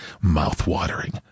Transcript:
Mouth-watering